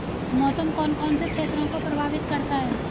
मौसम कौन कौन से क्षेत्रों को प्रभावित करता है?